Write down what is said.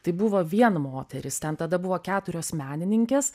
tai buvo vien moterys ten tada buvo keturios menininkės